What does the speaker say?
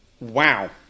Wow